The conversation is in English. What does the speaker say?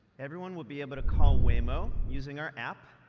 everyone will be able to call waymo, using our app,